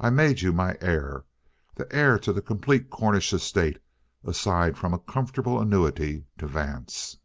i made you my heir the heir to the complete cornish estate aside from a comfortable annuity to vance.